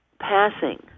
passing